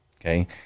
okay